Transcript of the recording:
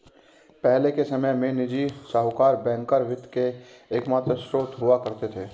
पहले के समय में निजी साहूकर बैंकर वित्त के एकमात्र स्त्रोत हुआ करते थे